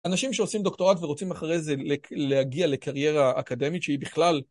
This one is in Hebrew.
אנשים שעושים דוקטורט ורוצים אחרי זה להגיע לקריירה אקדמית, שהיא בכלל...